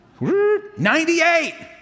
98